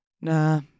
Nah